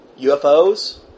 UFOs